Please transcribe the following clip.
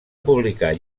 publicar